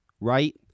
right